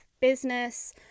business